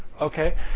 Okay